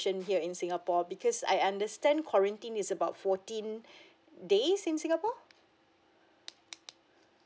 here in singapore because I understand quarantine is about fourteen days in singapore